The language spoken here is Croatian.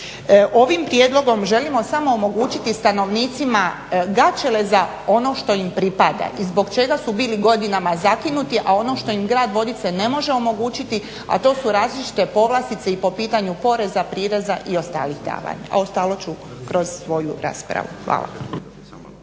Ovim prijedlogom želimo samo omogućiti stanovnicima Gaćeleza ono što im pripada i zbog čega su bili godinama zakinuti, a ono što im grad Vodice ne može omogućiti, a to su različite povlastice i po pitanju poreza, prireza i ostalih davanja. Ostalo ću kroz svoju raspravu. Hvala.